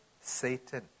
Satan